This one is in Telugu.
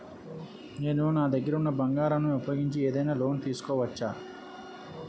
నేను నా దగ్గర ఉన్న బంగారం ను ఉపయోగించి ఏదైనా లోన్ తీసుకోవచ్చా?